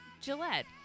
Gillette